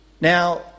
Now